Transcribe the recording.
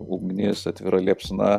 ugnies atvira liepsna